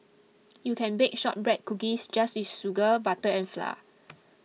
you can bake Shortbread Cookies just with sugar butter and flour